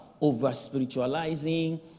over-spiritualizing